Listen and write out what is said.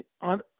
on